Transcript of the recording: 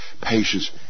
patients